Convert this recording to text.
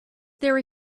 there